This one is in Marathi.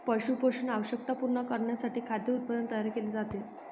पशु पोषण आवश्यकता पूर्ण करण्यासाठी खाद्य उत्पादन तयार केले जाते